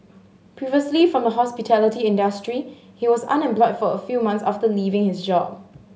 previously from the hospitality industry he was unemployed for a few months after leaving his job